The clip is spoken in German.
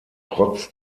trotz